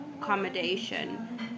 accommodation